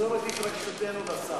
מסור את התרגשותנו לשר.